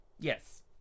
Yes